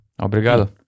Obrigado